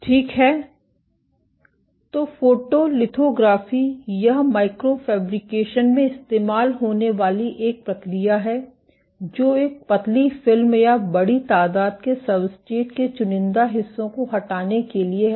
ठीक है तो फोटोलिथोग्राफी यह माइक्रो फेब्रिकेशन में इस्तेमाल होने वाली एक प्रक्रिया है जो एक पतली फिल्म या बड़ी तादाद के सब्सट्रेट के चुनिंदा हिस्सों को हटाने के लिए है